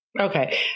Okay